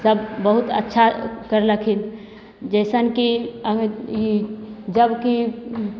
सभ बहुत अच्छा करलखिन जइसन कि अभी ई जबकि